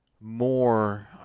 more